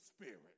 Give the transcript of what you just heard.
spirit